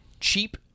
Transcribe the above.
cheap